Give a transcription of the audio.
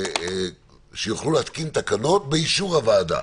שיוכלו להתקין תקנות באישור הוועדה.